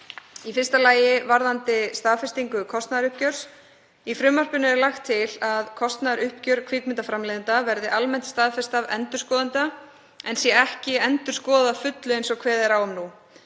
Í fyrsta lagi varðar það staðfestingu kostnaðaruppgjörs. Í frumvarpinu er lagt til að kostnaðaruppgjör kvikmyndaframleiðenda verði almennt staðfest af endurskoðanda en sé ekki endurskoðað að fullu eins og kveðið er á um nú.